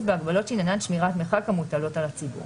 והגבלות שעניינן שמירת מרחק המוטלות על הציבור.